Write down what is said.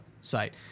Site